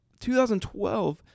2012